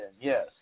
yes